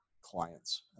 clients